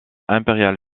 impériale